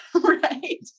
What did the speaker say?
right